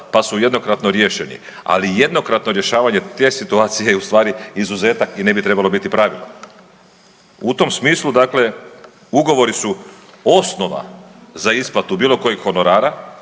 pa su jednokratno riješeni. Ali jednokratno rješavanje te situacije je ustvari izuzetak i ne bi trebalo biti pravilo. U tom smislu dakle ugovori su osnova za isplatu bilo kojeg honorara.